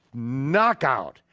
knockout.